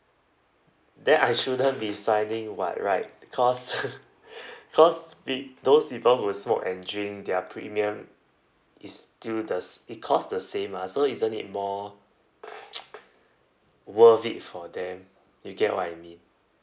then I shouldn't be signing what right because because pe~ those people who smoke and drink their premium is still the s~ it cost the same ah so isn't it more worth it for them you get what I mean